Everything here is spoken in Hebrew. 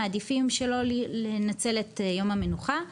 מעדיפים שלא לנצל את יום המנוחה,